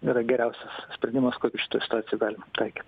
yra geriausias sprendimas kokį šitoj situacijoj galim taikyt